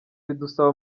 bidusaba